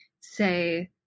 say